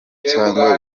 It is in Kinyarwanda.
cyangwa